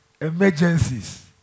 emergencies